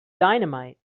dynamite